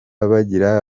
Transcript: bagira